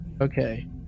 Okay